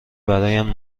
برایم